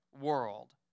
world